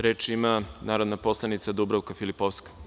Reč ima narodna poslanica Dubravka Filipovski.